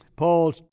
Paul